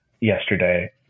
yesterday